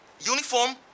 uniform